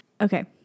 okay